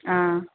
ആ